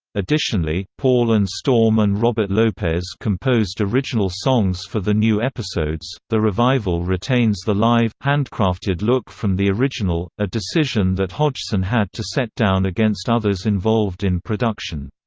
additionally, paul and storm and robert lopez composed original songs for the new episodes the revival retains the live, handcrafted look from the original, a decision that hodgson had to set down against others involved in production.